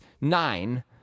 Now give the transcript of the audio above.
Nine